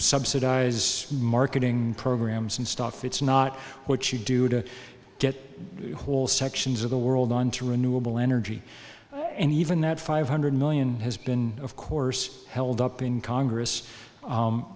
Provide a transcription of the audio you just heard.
subsidize marketing programs and stuff it's not what you do to get whole sections of the world onto renewal energy and even that five hundred million has been of course held up in congress